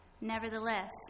Nevertheless